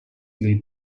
lead